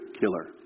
killer